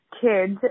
kids